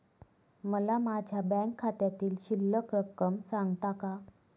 मला माझ्या बँक खात्यातील शिल्लक रक्कम सांगता का?